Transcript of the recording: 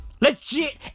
Legit